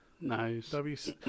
Nice